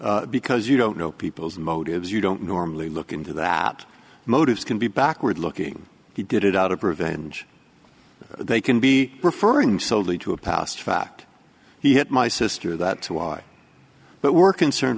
because you don't know people's motives you don't normally into that motives can be backward looking he did it out of revenge they can be referring solely to a past fact he hit my sister that too why but we're concerned